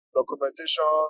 Documentation